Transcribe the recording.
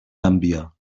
gambia